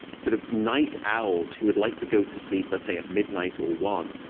sort of night owls who would like to go to sleep, let's say, at midnight or one